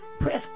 press